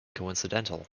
coincidental